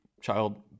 child